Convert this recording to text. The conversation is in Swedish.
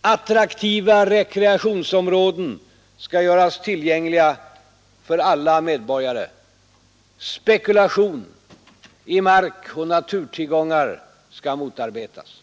Attraktiva rekreationsområden skall göras tillgängliga för alla medborgare. Spekulation i markoch naturtillgångar skall motarbetas.